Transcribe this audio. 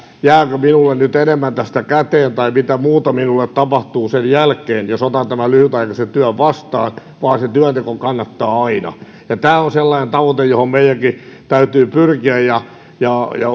jääkö minulle nyt enemmän tästä käteen tai mitä muuta minulle tapahtuu sen jälkeen jos otan tämän lyhytaikaisen työn vastaan vaan työnteko kannattaa aina tämä on sellainen tavoite johon meidänkin täytyy pyrkiä ja ja